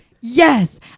Yes